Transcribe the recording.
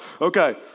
Okay